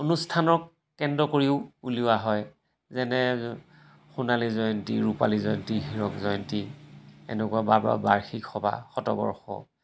অনুষ্ঠানক কেন্দ্ৰ কৰিও উলিওৱা হয় যেনে সোণালী জয়ন্তী ৰূপালী জয়ন্তী হীৰক জয়ন্তী এনেকুৱা বাৰ বাৰ বাৰ্ষিক সবাহ শতবৰ্ষ